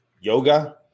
yoga